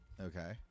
Okay